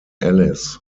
ellis